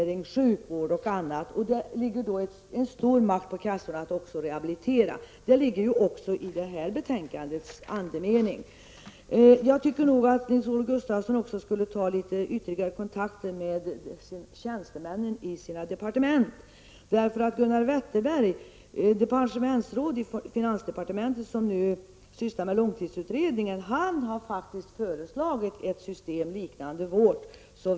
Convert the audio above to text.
Därför skulle kassorna också ha stort intresse av rehabilitering. Detta överensstämmer för övrigt med betänkandets andemening. Dessutom tycker jag att Nils-Olof Gustafsson skulle ta ytterligare kontakter med tjänstemännen i departementen. Wetterberg som nu sysslar med långtidsutredningen har faktiskt föreslagit ett system som liknar vårt.